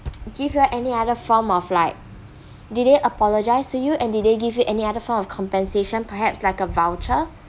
give you all any other form of like did they apologize to you and did they give you any other form of compensation perhaps like a voucher